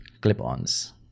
clip-ons